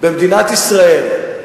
במדינת ישראל,